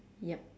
yup